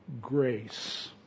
grace